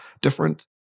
different